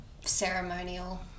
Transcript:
ceremonial